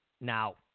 Now